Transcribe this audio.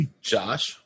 Josh